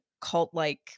cult-like